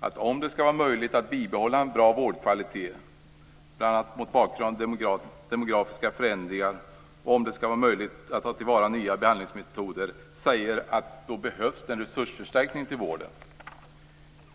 följande: om det skall vara möjligt att behålla en bra vårdkvalitet, bl.a. mot bakgrund av demografiska förändringar, och om det skall vara möjligt att ta till vara nya behandlingsmetoder behövs en resursförstärkning till vården.